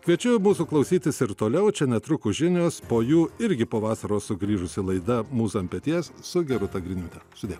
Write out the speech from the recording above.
kviečiu mūsų klausytis ir toliau čia netrukus žinios po jų irgi po vasaros sugrįžusi laida mūza ant peties su gerūta griniūte sudie